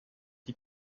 die